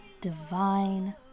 Divine